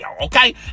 okay